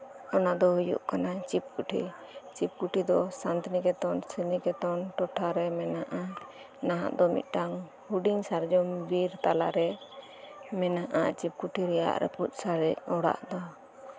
ᱚᱱᱟ ᱫᱚ ᱦᱩᱭᱩᱜ ᱠᱟᱱᱟ ᱪᱤᱯᱠᱩᱴᱷᱤ ᱪᱤᱯᱠᱩᱴᱷᱤ ᱫᱚ ᱥᱟᱱᱛᱤᱱᱤᱠᱮᱛᱚᱱᱼᱥᱨᱤᱱᱤᱠᱮᱛᱚᱱ ᱴᱚᱴᱷᱟ ᱨᱮ ᱢᱮᱱᱟᱜᱼᱟ ᱱᱟᱦᱟᱜ ᱫᱚ ᱢᱤᱫᱴᱟᱝ ᱦᱩᱰᱤᱧ ᱥᱟᱨᱡᱚᱢ ᱵᱤᱨ ᱛᱟᱞᱟ ᱨᱮ ᱢᱮᱱᱟᱜᱼᱟ ᱪᱤᱯᱠᱩᱴᱷᱤ ᱨᱮᱭᱟᱜ ᱨᱟᱹᱯᱩᱫ ᱥᱟᱨᱮᱡ ᱚᱲᱟᱜ ᱫᱚ